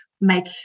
make